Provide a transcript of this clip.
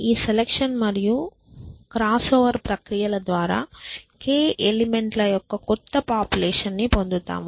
ఈ సెలక్షన్ మరియు crossover ప్రక్రియల ద్వారా k ఎలిమెంట్ ల యొక్క కొత్త పాపులేషన్ ని పొందుతాము